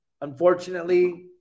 Unfortunately